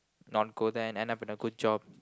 not go there and end up with a good job